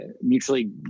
mutually